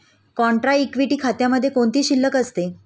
Contra equity खात्यामध्ये कोणती शिल्लक असते?